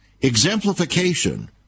exemplification